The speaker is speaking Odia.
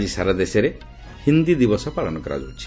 ଆକି ସାରାଦେଶରେ ହିନ୍ଦୀ ଦିବସ ପାଳନ କରାଯାଉଛି